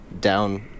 down